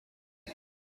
week